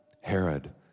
Herod